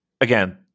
again